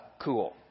cool